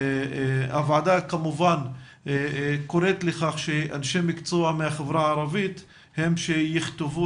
הוועדה כמובן קוראת לכך שאנשי מקצוע מהחברה הערבית הם שיכתבו